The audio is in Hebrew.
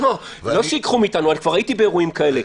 לא שייקחו מאיתנו, כבר הייתי באירועים כאלה.